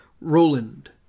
Roland